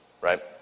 right